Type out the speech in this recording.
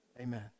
Amen